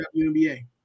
WNBA